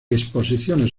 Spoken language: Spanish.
exposiciones